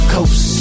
Coast